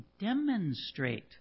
demonstrate